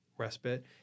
respite